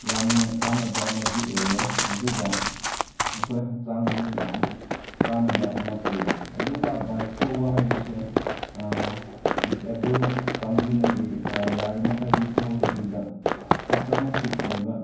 ꯌꯥꯝꯅ ꯀꯥꯟꯅꯕ ꯑꯃꯗꯤ ꯑꯣꯏꯔꯦ ꯑꯗꯨꯒ ꯑꯩꯈꯣꯏ ꯍꯛꯆꯥꯡꯗꯁꯨ ꯌꯥꯝ ꯀꯥꯟꯅꯕ ꯑꯃ ꯄꯤꯔꯦ ꯑꯗꯨꯒ ꯕꯥꯏꯛ ꯊꯧꯕ ꯍꯥꯏꯕꯁꯦ ꯗꯤꯁꯑꯦꯕꯜ ꯀꯥꯡꯕꯨꯅꯗꯤ ꯌꯥꯔꯤꯃꯈꯩꯗꯤ ꯊꯧꯗꯕꯤꯗ ꯍꯛꯆꯥꯡ ꯐꯤꯠ ꯑꯣꯏꯕ